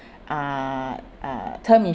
uh uh term